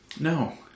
No